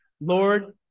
Lord